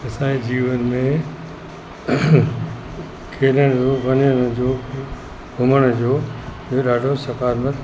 असांजे जीवन में खेॾण जो वञण जो घुमण जो इहो ॾाढो सकारत्मक